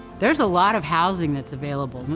there's a lot of housing that's available,